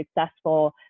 successful